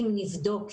אם נבדוק,